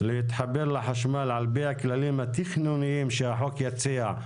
להתחבר לחשמל על פי הכללים התכנוניים שהחוק יציע,